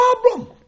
problem